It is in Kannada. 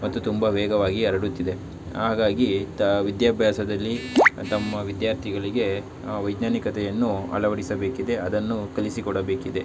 ಮತ್ತು ತುಂಬ ವೇಗವಾಗಿ ಹರಡುತ್ತಿದೆ ಹಾಗಾಗಿ ಇತ್ತ ವಿದ್ಯಾಭ್ಯಾಸದಲ್ಲಿ ತಮ್ಮ ವಿದ್ಯಾರ್ಥಿಗಳಿಗೆ ವೈಜ್ಞಾನಿಕತೆಯನ್ನು ಅಳವಡಿಸಬೇಕಿದೆ ಅದನ್ನು ಕಲಿಸಿಕೊಡಬೇಕಿದೆ